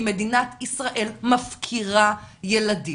כי מדינת ישראל מפקירה ילדים.